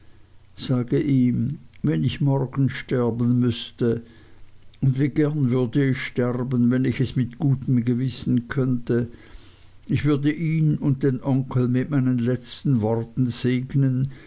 sage ihm wenn ich morgen sterben müßte und wie gern würde ich sterben wenn ich es mit gutem gewissen könnte ich würde ihn und den onkel mit meinen letzten worten segnen